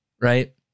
right